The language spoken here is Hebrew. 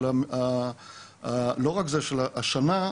השנה,